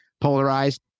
polarized